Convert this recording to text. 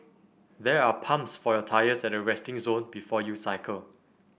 there are pumps for your tyres at the resting zone before you cycle